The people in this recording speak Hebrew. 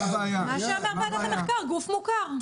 מה שאמרה נציגת מרכז המחקר גוף מוכר.